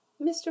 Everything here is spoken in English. Mr